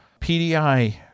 PDI